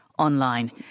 online